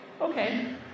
Okay